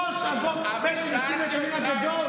הוא ראש, נשיא בית הדין הגדול.